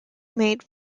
made